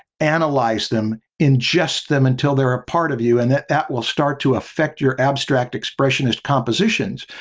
analyze them, ingest them until they're a part of you and that that will start to affect your abstract expressionist compositions.